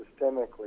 systemically